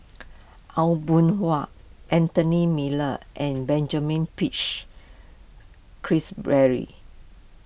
Aw Boon Haw Anthony Miller and Benjamin Peach Keasberry